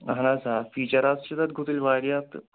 اہن حظ آ فیٖچر حظ چھِ تَتھ گُتٕلۍ واریاہ تہٕ